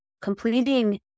completing